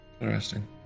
Interesting